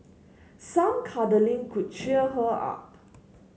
some cuddling could cheer her up